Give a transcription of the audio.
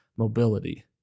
Mobility